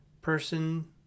person